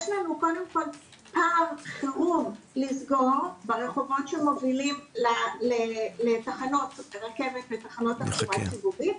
יש לנו פער ברחובות שמובילים לתחנות רכבת ותחנות רכבת ציבורית,